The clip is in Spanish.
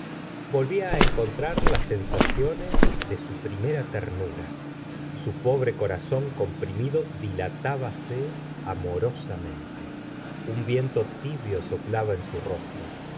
volvía á encontrar las sen saciones de su primera ternura y su pobre corazón comprimido dilatábase amorosamente un viento tibio soplaba en su rostro